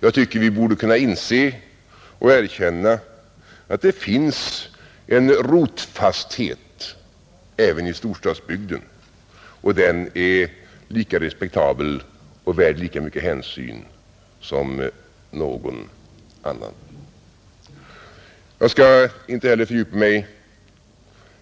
Jag tycker vi borde kunna iase och erkänna att det finns en rotfasthet även i storstadsbygden och den är lika respektabel och värd lika mycken hänsyn som någon annan, Jag skall inte heller fördjupa mig